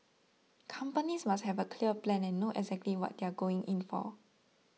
companies must have a clear plan and know exactly what they are going in for